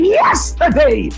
yesterday